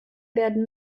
werden